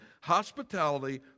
hospitality